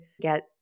get